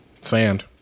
Sand